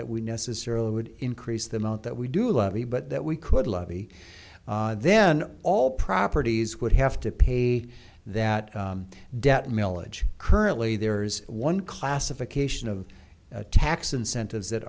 that we necessarily would increase the amount that we do levy but that we could levy then all properties would have to pay that debt milledge currently there's one classification of tax incentives that